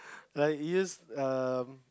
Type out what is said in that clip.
like yes um